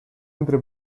entre